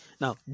Now